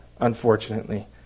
unfortunately